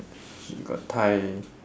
she got tie